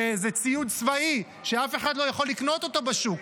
זה ציוד צבאי שאף אחד לא יכול לקנות אותו בשוק,